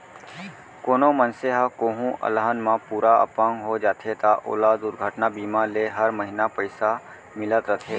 कोनों मनसे ह कोहूँ अलहन म पूरा अपंग हो जाथे त ओला दुरघटना बीमा ले हर महिना पइसा मिलत रथे